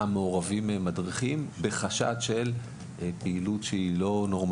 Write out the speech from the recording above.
מדובר פה בחוק מיושן שבחלקו לא משקף